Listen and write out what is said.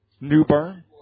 Newburn